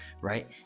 right